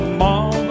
mom